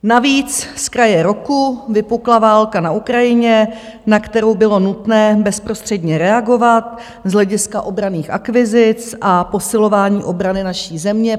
Navíc zkraje roku vypukla válka na Ukrajině, na kterou bylo nutné bezprostředně reagovat z hlediska obranných akvizic a posilování obrany naší země.